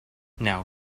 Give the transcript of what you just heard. now